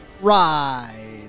ride